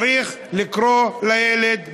צריך לקרוא לילד בשמו.